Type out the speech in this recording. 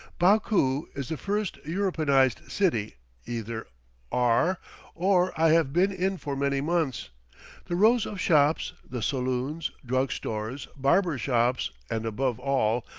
baku is the first europeanized city either r or i have been in for many months the rows of shops, the saloons, drug-stores, barber-shops, and, above all,